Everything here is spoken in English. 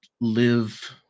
live